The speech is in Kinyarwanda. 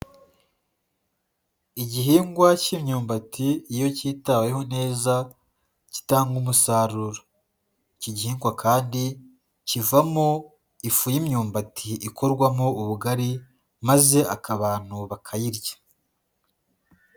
Igihingwa cy'imyumbati iyo kitaweho neza kitanga umusaruro, iki gihingwa kandi kivamo ifu y'imyumbati ikorwamo ubugari maze abantu bakayirya.